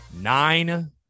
nine